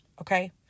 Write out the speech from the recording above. Okay